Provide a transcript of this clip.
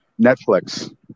Netflix